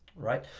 right?